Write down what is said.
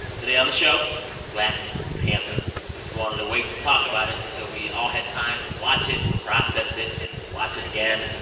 today on the show black panther. we wanted to wait to talk about it until we all had time to watch it and process it and watch it again.